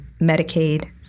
Medicaid